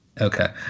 Okay